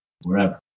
wherever